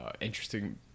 interesting